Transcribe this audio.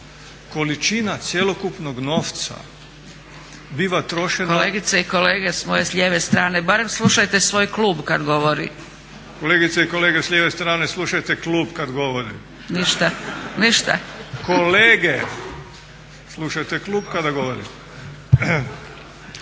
količina cjelokupnog novca biva trošena … …/Upadica Zgrebec: Kolegice i kolege s moje lijeve strane barem slušajte svoj klub kada govori. /… Kolegice i kolege s lijeve strane slušajte klub kada govori. …/Upadica Zgrebec: Ništa, ništa./… Kolege, slušajte klub kada govori.